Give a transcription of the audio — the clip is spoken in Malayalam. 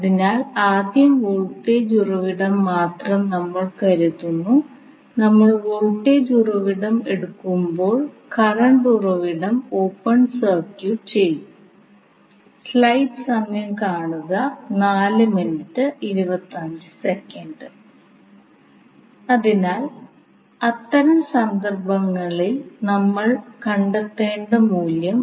അതായത് ടൈം ഡൊമെയ്നിൽ സർക്യൂട്ട് നൽകിയിട്ടുണ്ടെങ്കിൽ ആദ്യം സർക്യൂട്ടിനെ ഫേസർ അല്ലെങ്കിൽ ഫ്രീക്വൻസി ഡൊമെയ്നിലേക്ക് പരിവർത്തനം ചെയ്യും